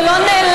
זה לא נעלם,